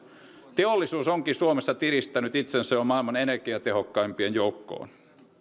teollisuus onkin suomessa tiristänyt itsensä jo maailman energiatehokkaimpien joukkoon